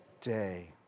day